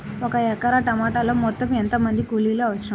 ఒక ఎకరా టమాటలో మొత్తం ఎంత మంది కూలీలు అవసరం?